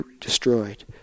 destroyed